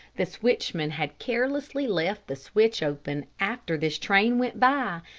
the switchman had carelessly left the switch open after this train went by,